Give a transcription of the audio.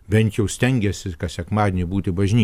bent jau stengiasi kas sekmadienį būti bažny